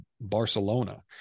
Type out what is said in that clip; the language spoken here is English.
Barcelona